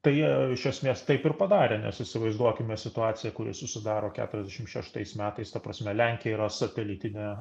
tai jie iš esmės taip ir padarė nes įsivaizduokime situaciją kuri susidaro keturiasdešim šeštais metais ta prasme lenkija yra satelitinė